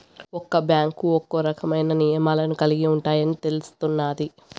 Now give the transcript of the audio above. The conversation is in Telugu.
ఒక్క బ్యాంకు ఒక్కో రకమైన నియమాలను కలిగి ఉంటాయని తెలుస్తున్నాది